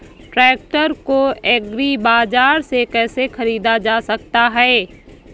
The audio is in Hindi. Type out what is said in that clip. ट्रैक्टर को एग्री बाजार से कैसे ख़रीदा जा सकता हैं?